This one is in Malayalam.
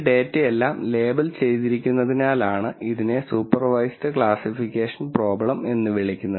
ഈ ഡാറ്റയെല്ലാം ലേബൽ ചെയ്തിരിക്കുന്നതിനാലാണ് ഇതിനെ സൂപ്പർവൈസ്ഡ് ക്ലാസ്സിഫിക്കേഷൻ പ്രോബ്ലം എന്ന് വിളിക്കുന്നത്